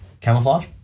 camouflage